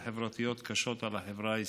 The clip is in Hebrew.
וחברתיות קשות על החברה הישראלית.